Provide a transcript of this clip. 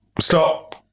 stop